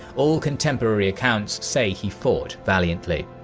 all contemporary accounts say he fought valiantly.